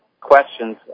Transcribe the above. questions